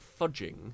fudging